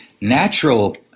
natural